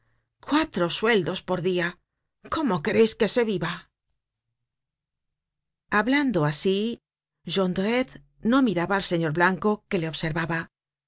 cuatro sueldos por dia cómo quereis que se viva content from google book search generated at hablando asi jondrette no miraba al señor blanco que le observaba